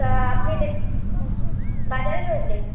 তা আপনি দে বাজারের ওপরে